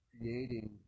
creating